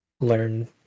learn